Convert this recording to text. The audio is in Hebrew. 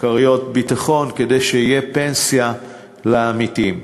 כריות ביטחון כדי שתהיה פנסיה לעמיתים.